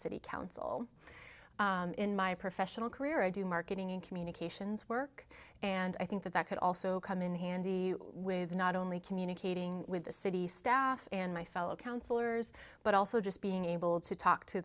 city council in my professional career i do marketing and communications work and i think that that could also come in handy with not only communicating with the city staff and my fellow counselors but also just being able to talk to